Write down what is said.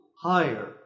higher